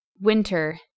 Winter